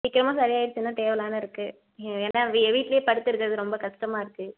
சீக்கிரமாக சரியாடுச்சுன்னா தேவலாம் இருக்கு ஏ ஏன்னா வீ வீட்லையே படுத்துருக்கறது ரொம்ப கஸ்டமாக இருக்கு